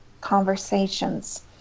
conversations